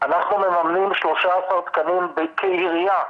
אנחנו מממנים 13 תקנים כעירייה,